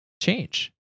change